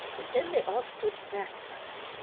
and then they all stood back from it.